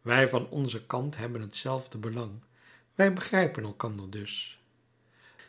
wij van onzen kant hebben hetzelfde belang wij begrijpen elkander dus